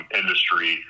industry